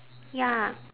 ya